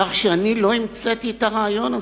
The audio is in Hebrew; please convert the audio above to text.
כך שאני לא המצאתי את הרעיון הזה.